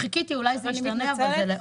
אני מתנצלת.